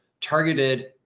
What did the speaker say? targeted